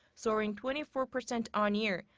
soaring twenty four percent on-year.